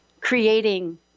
creating